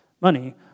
money